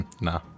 Nah